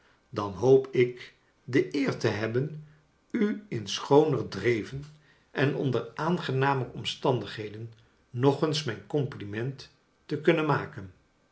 dan hoop ik de eer te hebben u in schooner dreven en onder aangenamer omstandigheden nog eens mijn compliment te kunnen maken